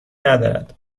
ندارد